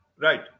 Right